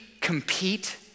compete